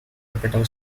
capital